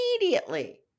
immediately